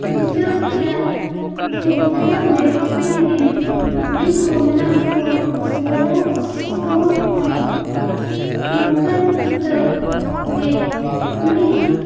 ᱵᱩᱡᱷᱟᱹᱣᱠᱮᱫᱼᱟ ᱡᱮ ᱡᱟᱦᱟᱸᱜᱮ ᱤᱧᱨᱮᱱ ᱦᱩᱰᱤᱧᱠᱚ ᱢᱮᱱᱟᱜᱠᱚ ᱵᱚᱭᱦᱟᱠᱚᱦᱚᱸ ᱱᱚᱝᱠᱟᱱ ᱠᱤᱛᱟᱹᱵᱽᱜᱮ ᱩᱱᱤ